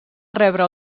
rebre